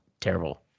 terrible